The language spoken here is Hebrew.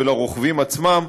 ולרוכבים עצמם,